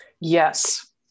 Yes